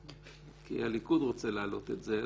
כי הליכוד רוצה להעלות את זה,